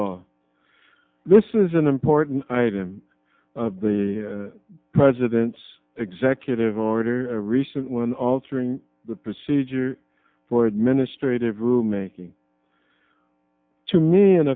this is an important item the president's executive order a recent one altering the procedure for administrative room making to me